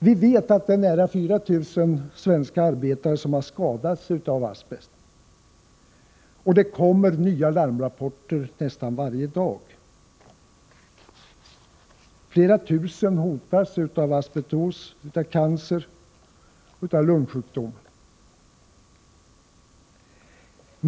Vi vet att nära 4 000 svenska arbetare har skadats av asbest, och det kommer nya larmrapporter nästan varje dag. Flera tusen människor hotas av asbestos, cancer och andra lungsjukdomar.